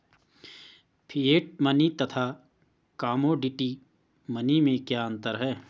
Fiat money तथा commodity money में क्या अंतर है?